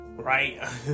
Right